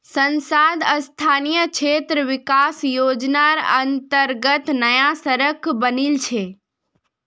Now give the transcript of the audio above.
सांसद स्थानीय क्षेत्र विकास योजनार अंतर्गत नया सड़क बनील छै